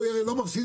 פה היא לא מפסידה,